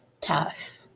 tough